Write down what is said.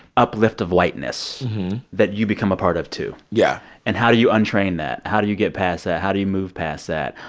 uplift of whiteness that you become a part of, too yeah and how do you untrain that? how do you get past that? how do you move past that?